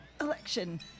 election